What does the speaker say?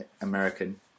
American